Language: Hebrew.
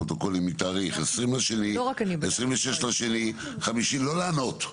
פרוטוקולים מתאריך 20.2, 26.2. לא לענות.